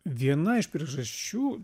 viena iš priežasčių